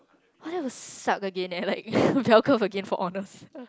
well suck again leh like bell curve again for honours